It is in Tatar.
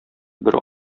бер